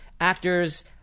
actors –